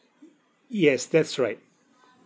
yes that's right